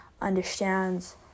understands